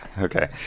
Okay